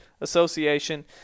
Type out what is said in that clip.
Association